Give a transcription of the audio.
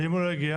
ואם הוא לא הגיע?